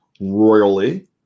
Royally